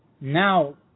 now